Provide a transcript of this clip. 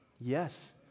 Yes